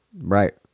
Right